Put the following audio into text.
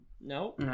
no